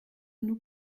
nous